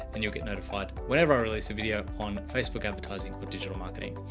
and you'll get notified whenever i release a video on facebook advertising or digital marketing.